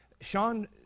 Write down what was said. Sean